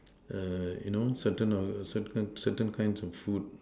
err you know certain of certain certain kinds of food